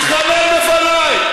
התחנן בפניי: